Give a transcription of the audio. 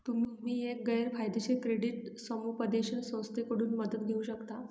तुम्ही एक गैर फायदेशीर क्रेडिट समुपदेशन संस्थेकडून मदत घेऊ शकता